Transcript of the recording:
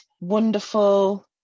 wonderful